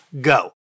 go